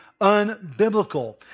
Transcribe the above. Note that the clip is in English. unbiblical